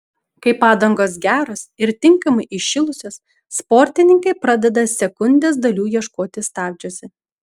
kai padangos geros ir tinkamai įšilusios sportininkai pradeda sekundės dalių ieškoti stabdžiuose